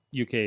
UK